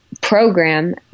program